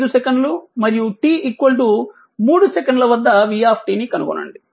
5 సెకన్లు మరియు t 3 సెకన్ల వద్ద v ను కనుగొనండి